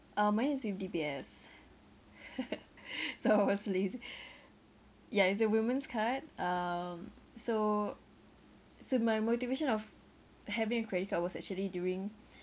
uh mine is D_B_S so I was lazy ya it's the woman's card um so so my motivation of having a credit card was actually during